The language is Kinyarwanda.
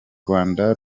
rwanda